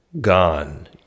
gone